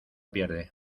pierde